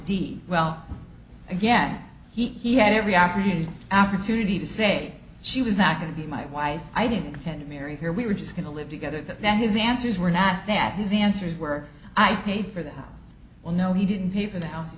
deed well again he had every opportunity opportunity to say she was not going to be my wife i didn't intend to marry her we were just going to live together that his answers were not that his answers were i paid for the house well no he didn't pay for